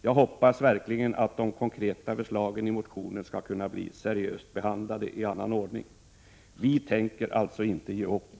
Jag hoppas verkligen att de konkreta förslagen i motionen skall kunna bli seriöst behandlade i annan ordning. Vi tänker alltså inte ge upp.